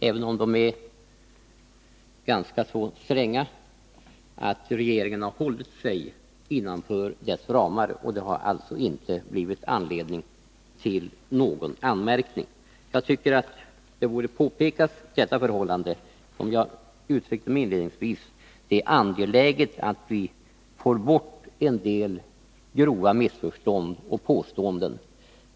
Även om de är ganska stränga, har regeringen hållit sig inom deras ramar. Regeringens beslut har alltså inte gett anledning till någon anmärkning. Jag tycker att detta förhållande borde påpekas. Som jag inledningsvis framhöll är det angeläget att vi får bort en del grava missförstånd och påståenden.